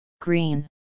green